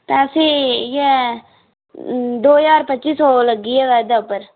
पैसे इ'यै दो ज्हार पच्ची सौ लग्गी गेदा एह्दे उप्पर